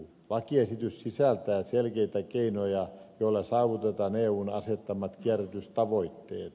lakiesitys sisältää selkeitä keinoja joilla saavutetaan eun asettamat kierrätystavoitteet